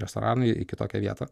restoraną į kitokią vietą